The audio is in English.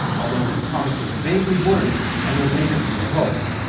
although this promise was vaguely worded and would later be revoked.